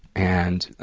and,